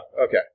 Okay